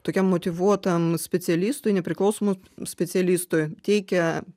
tokiam motyvuotam specialistui nepriklausomam specialistui teikia